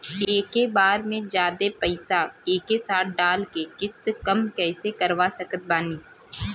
एके बार मे जादे पईसा एके साथे डाल के किश्त कम कैसे करवा सकत बानी?